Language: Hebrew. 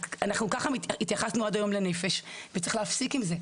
ככה התייחסנו עד היום לנפש וצריך להפסיק עם זה.